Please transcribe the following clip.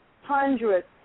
hundreds